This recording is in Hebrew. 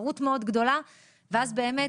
תחרות מאוד גדולה ואז באמת,